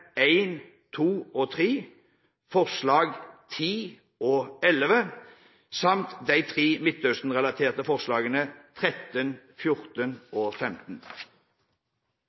og 3, forslagene nr. 10 og 11, samt de tre Midtøsten-relaterte forslagene nr.13, 14 og 15.